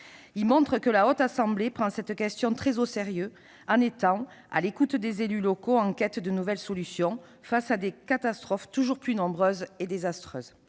Ils montrent que la Haute Assemblée prend cette question très au sérieux en étant à l'écoute d'élus locaux en quête de nouvelles solutions face à des catastrophes toujours plus nombreuses et désastreuses.